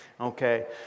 Okay